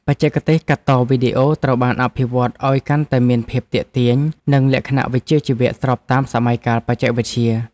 បច្ចេកទេសកាត់តវីដេអូត្រូវបានអភិវឌ្ឍឱ្យកាន់តែមានភាពទាក់ទាញ និងមានលក្ខណៈវិជ្ជាជីវៈស្របតាមសម័យកាលបច្ចេកវិទ្យា។